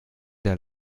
der